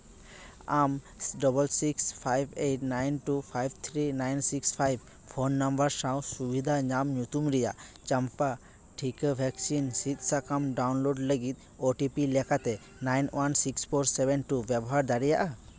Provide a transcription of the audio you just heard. ᱟᱢ double six five eight nine two five three nine six five phone number ᱥᱟᱶ ᱥᱩᱵᱤᱫᱷᱟ ᱧᱟᱢ ᱧᱩᱛᱩᱢ ᱨᱮᱭᱟᱜ ᱪᱟᱢᱯᱟ ᱴᱷᱤᱠᱟᱹ ᱵᱷᱮᱠᱥᱤᱱ ᱥᱤᱫᱽ ᱥᱟᱠᱟᱢ ᱰᱟᱣᱩᱱᱞᱳᱰ ᱞᱟᱹᱜᱤᱫ ᱳᱴᱤᱯᱤ ᱞᱮᱠᱟᱛᱮ nine one six four seven two ᱵᱮᱵᱷᱚᱦᱟᱨ ᱫᱟᱲᱮᱭᱟᱜᱼᱟ